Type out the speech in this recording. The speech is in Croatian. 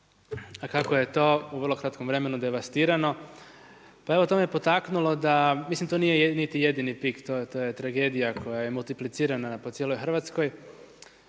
a kako je to u vrlo kratkom vremenu devastirano. Pa evo to me potaknulo da, mislim to nije niti jedini PIK to je tragedija koja je multiplicirana po cijeloj Hrvatskoj,